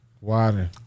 Water